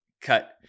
Cut